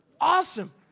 Awesome